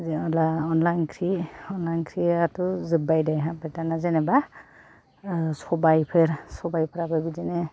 जेनब्ला अनला ओंख्रि अनला ओंख्रियाथ' जोबबाय दे ओमफ्राय दाना जेन'बा ओह सबाइफोर साबाइफ्राबो बिदिनो